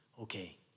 okay